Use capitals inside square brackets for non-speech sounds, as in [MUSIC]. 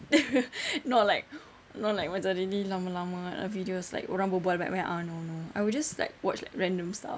[LAUGHS] not like not like macam really lama-lama videos like orang berbual banyak-banyak no no I would just like watch random stuff